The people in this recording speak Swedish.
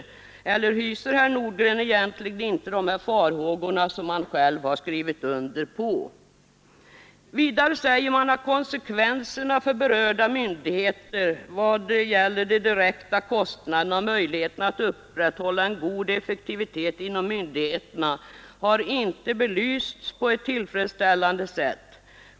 Eller hyser herr Nordgren egentligen inte de farhågor som framförs i reservation 1, som han själv skrivit under? Vidare säger man i reservationen: ”Konsekvenserna för berörda myndigheter vad gäller de direkta kostnaderna och möjligheten att upprätthålla en god effektivitet inom myndigheterna har inte belysts på ett tillfredsställande sätt.